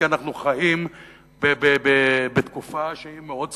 כי אנחנו חיים בתקופה שהיא מאוד סטטיסטית,